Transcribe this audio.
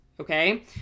okay